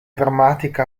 drammatica